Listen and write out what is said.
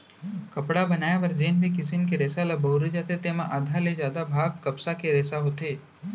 कपड़ा बनाए बर जेन भी किसम के रेसा ल बउरे जाथे तेमा आधा ले जादा भाग कपसा के रेसा के होथे